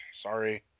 Sorry